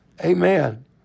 Amen